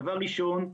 דבר ראשון,